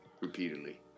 repeatedly